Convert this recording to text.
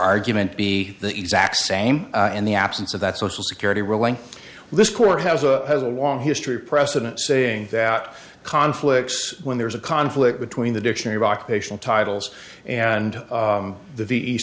argument be the exact same and the absence of that social security ruling this court has a has a long history precedent saying that conflicts when there is a conflict between the dictionary of occupational titles and